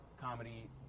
comedy